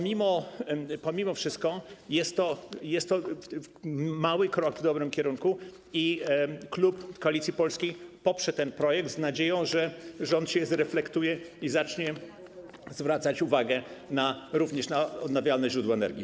Mimo wszystko jest to mały krok w dobrym kierunku i klub Koalicji Polskiej poprze ten projekt z nadzieją, że rząd się zreflektuje i zacznie zwracać uwagę również na odnawialne źródła energii.